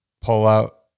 pull-out